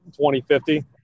2050